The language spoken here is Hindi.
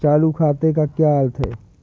चालू खाते का क्या अर्थ है?